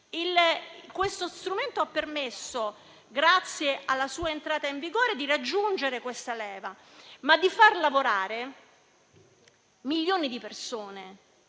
Siffatto strumento ha permesso, grazie alla sua entrata in vigore, di raggiungere questa leva e di far lavorare milioni di persone.